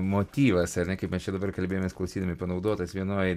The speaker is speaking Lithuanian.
motyvas ar ne kaip mes čia dabar kalbėjomės klausydami panaudotas vienoj